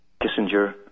Kissinger